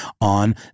on